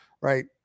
right